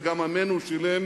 וגם עמנו שילם